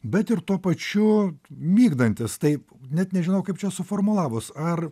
bet ir tuo pačiu migdantys taip net nežinau kaip čia suformulavus ar